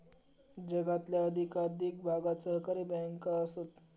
जगातल्या अधिकाधिक भागात सहकारी बँका आसत